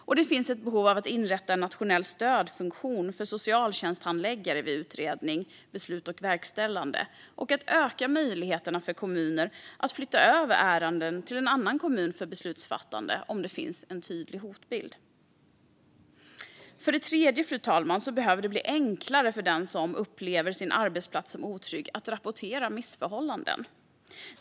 Det finns också ett behov av att inrätta en nationell stödfunktion för socialtjänsthandläggare vid utredning, beslut och verkställande och att öka möjligheterna för kommuner att flytta över ärenden till en annan kommun för beslutsfattande om det finns en tydlig hotbild. För det tredje behöver det bli enklare för den som upplever sin arbetsplats som otrygg att rapportera missförhållanden.